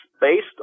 based